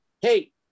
hey